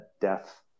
death